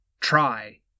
try